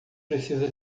precisa